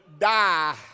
die